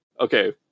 Okay